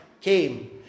came